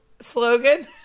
slogan